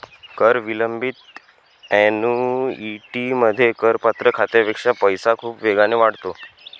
कर विलंबित ऍन्युइटीमध्ये, करपात्र खात्यापेक्षा पैसा खूप वेगाने वाढतो